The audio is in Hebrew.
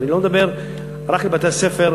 ואני לא מדבר רק על בתי-הספר,